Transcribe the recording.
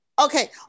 Okay